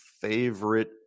favorite